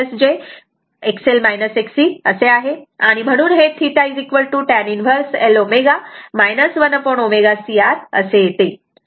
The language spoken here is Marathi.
म्हणून हे θ tan 1 L ω 1ω C R असे येते